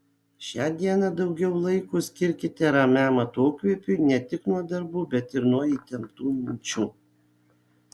šią dieną daugiau laiko skirkite ramiam atokvėpiui ne tik nuo darbų bet ir nuo įtemptų minčių